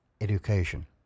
education